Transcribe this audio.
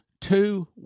two